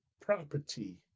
property